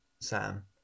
Sam